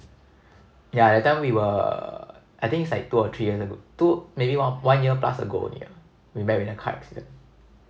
yeah that time we were I think it's like two or three years ago two maybe one one year plus ago only ah we met with the car accident